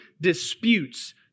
disputes